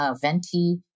venti